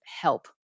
help